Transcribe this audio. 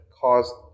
cause